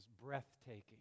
breathtaking